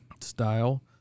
style